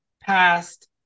past